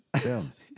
films